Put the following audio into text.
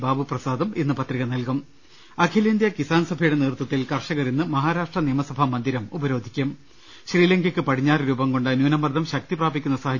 ബാബു പ്രസാദും ഇന്ന് പത്രിക നൽകും അഖിലേന്ത്യാ കിസാൻ സഭയുടെ നേതൃത്വത്തിൽ കർഷകർ ഇന്ന് മഹാരാഷ്ട്ര നിയമസഭാ മന്ദിരം ഉപരോധിക്കും ശ്രീലങ്കയ്ക്ക് പടിഞ്ഞാറ് രൂപം കൊണ്ട ന്യൂനമർദ്ദം ശക്തിപ്രാപിക്കുന്ന സാഹ